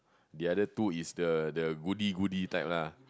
the other two is the the goodie goodie type lah